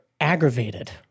aggravated